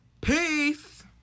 peace